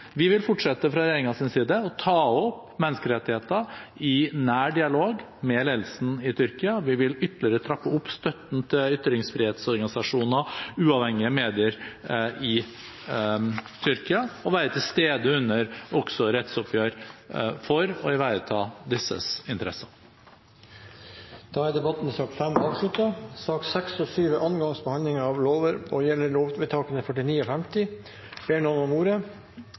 Vi vil fra regjeringens side fortsette å ta opp menneskerettigheter i nær dialog med ledelsen i Tyrkia. Vi vil ytterligere trappe opp støtten til ytringsfrihetsorganisasjoner og uavhengige medier i Tyrkia og også være til stede under rettsoppgjør for å ivareta disses interesser. Debatten i sak nr. 5 er avsluttet. Ingen har bedt om ordet.